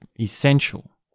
essential